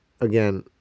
again